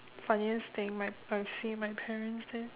funniest thing my I've seen my parents did